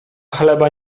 chleba